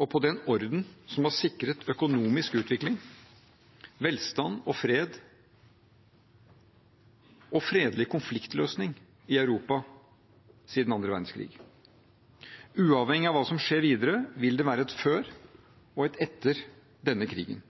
og på den orden som har sikret økonomisk utvikling, velstand, fred og fredelig konfliktløsning i Europa siden annen verdenskrig. Uavhengig av hva som skjer videre, vil det være et før og et etter denne krigen.